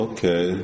Okay